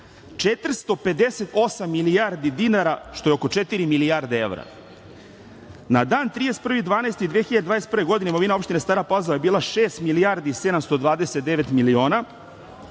458 milijardi dinara, što je oko četiri milijarde evra. Na dan 31.12.2021. godine imovina opštine Stara Pazova je bila šest milijardi i 729 miliona,